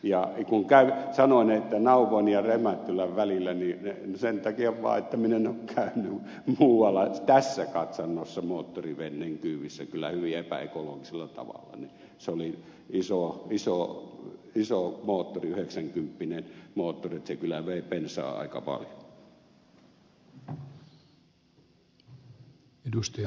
ja sanoin nauvon ja rymättylän välillä sen takia vaan että minä en ole käynyt muualla tässä katsannossa moottoriveneen kyydissä hyvin epäekologisella tavalla kyllä se oli iso moottori yhdeksänkymppinen moottori että se kyllä vei bensaa aika paljon